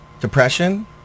depression